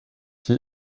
qui